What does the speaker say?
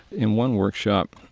in one workshop,